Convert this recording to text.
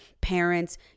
parents